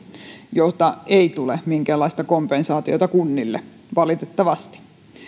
josta ei tule minkäänlaista kompensaatiota kunnille valitettavasti